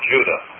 Judah